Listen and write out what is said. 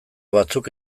batzuk